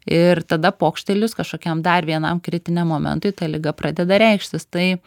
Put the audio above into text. ir tada pokštelėjus kažkokiam dar vienam kritiniam momentui ta liga pradeda reikštis tai